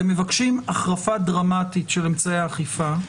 אתם מבקשים החרפה דרמטית של אמצעי האכיפה,